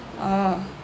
oh